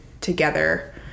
together